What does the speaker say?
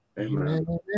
Amen